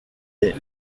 est